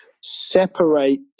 separate